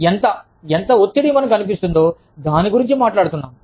ఎంత ఎంత ఒత్తిడి మనకు అనిపిస్తుందో దానిని గురించి మనం మాట్లాడుతున్నము